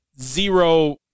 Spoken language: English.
zero